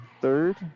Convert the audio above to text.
third